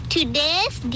Today's